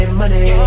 money